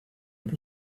that